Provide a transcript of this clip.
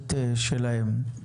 עסקית שלהם.